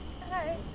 Hi